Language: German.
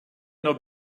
noch